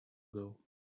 ago